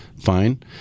fine